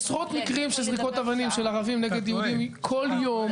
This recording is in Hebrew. עשרות מקרים של זריקות אבנים של ערבים נגד יהודים כל יום,